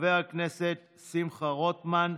וחבר הכנסת שמחה רוטמן.